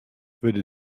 wurde